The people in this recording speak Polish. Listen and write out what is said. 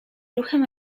ruchem